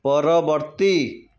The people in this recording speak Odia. ପରବର୍ତ୍ତୀ